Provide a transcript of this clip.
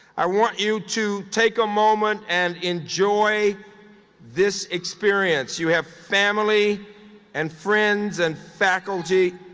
i want you to take a moment and enjoy this experience. you have family and friends and faculty